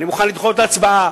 אני מוכן לדחות את ההצבעה,